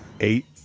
Eight